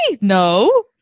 No